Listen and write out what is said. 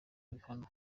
ibihano